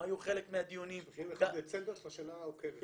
הם היו חלק מהדיונים --- 31 בדצמבר של השנה העוקבת.